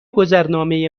گذرنامه